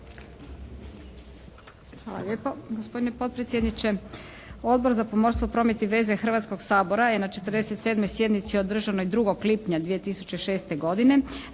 Hvala lijepo gospodine potpredsjedniče. Odbor za pomorstvo, promet i veze Hrvatskog sabora je na 47. sjednici održanoj 2. lipnja 2006. godine